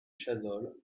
chazolles